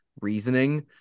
reasoning